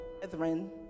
brethren